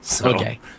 Okay